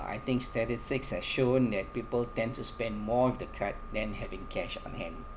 I think statistics have shown that people tend to spend more of the card than having cash on hand